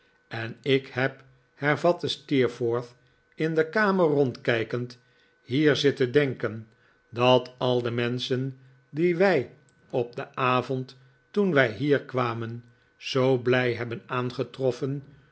en ik heb hervatte steerforth in de kamer rondkijkend hier zitten denken dat al de menschen die wij op den avond toen wij hier kwamen zoo blij hebben aangetroffen